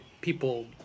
people